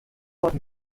port